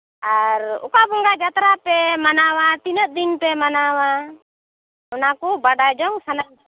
ᱟᱨ ᱚᱠᱟ ᱵᱚᱸᱜᱟ ᱡᱟᱛᱨᱟ ᱯᱮ ᱢᱟᱱᱟᱣᱟ ᱛᱤᱱᱟᱹᱜ ᱫᱤᱱ ᱯᱮ ᱢᱟᱱᱟᱣᱟ ᱚᱱᱟ ᱠᱚ ᱵᱟᱰᱟᱭ ᱡᱚᱝ ᱥᱟᱱᱟᱧ ᱠᱟᱱᱟ